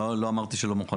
לא אמרתי שהן לא מוכנות.